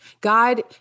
God